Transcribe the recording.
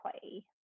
play